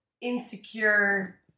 insecure